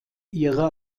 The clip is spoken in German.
ihre